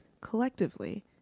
collectively